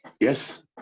Yes